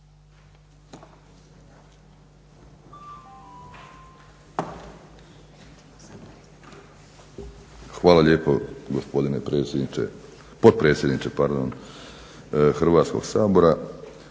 Hvala lijepo gospodine potpredsjedniče Hrvatskog sabora.